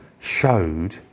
showed